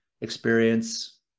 experience